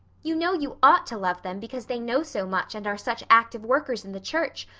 you know you ought to love them because they know so much and are such active workers in the church,